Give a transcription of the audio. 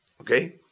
Okay